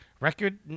record